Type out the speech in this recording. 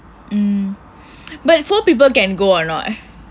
but four people can go or not